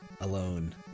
alone